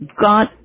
God